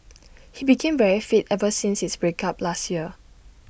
he became very fit ever since his break up last year